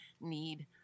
need